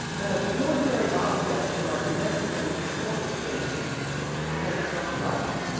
and that the ordinary objects in our domestic and public spaces can become props